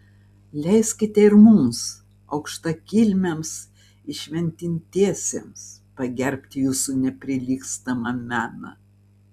leiskite ir mums aukštakilmiams įšventintiesiems pagerbti jūsų neprilygstamą meną